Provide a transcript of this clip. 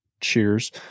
cheers